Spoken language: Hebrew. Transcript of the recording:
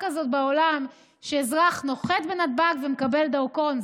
וזה מנטר את מצב הבריאות באוכלוסייה.